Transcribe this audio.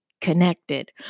connected